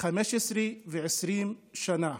15 ו-20 שנה.